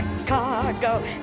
chicago